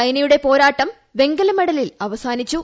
സൈനയുടെ പോരാട്ടം വെങ്കല മെഡലിൽ അവസാനിച്ചു